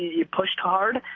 you pushed hard,